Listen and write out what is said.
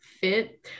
fit